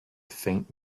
faint